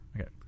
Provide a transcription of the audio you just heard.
Okay